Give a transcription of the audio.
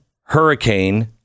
hurricane